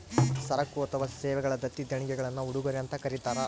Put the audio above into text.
ಸರಕು ಅಥವಾ ಸೇವೆಗಳ ದತ್ತಿ ದೇಣಿಗೆಗುಳ್ನ ಉಡುಗೊರೆ ಅಂತ ಕರೀತಾರ